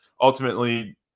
ultimately